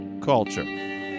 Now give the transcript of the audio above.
Culture